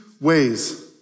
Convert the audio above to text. ways